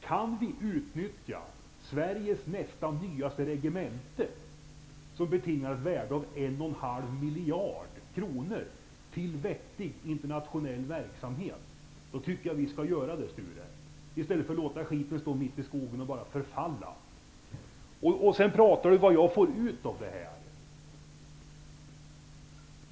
Kan vi utnyttja Sveriges nästan nyaste regemente, som betingar ett värde av en och en halv miljard kronor, till vettig internationell verksamhet tycker jag att vi skall göra det, Sture Ericson, i stället för att låta skiten stå ute i skogen och bara förfalla. Sture Ericson talar om vad jag får ut av detta.